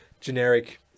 generic